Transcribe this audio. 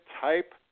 type